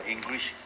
English